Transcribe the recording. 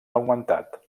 augmentat